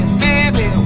baby